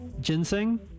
ginseng